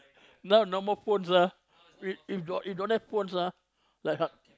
now no more phones ah if if got if don't have phones ah like h~